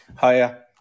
Hiya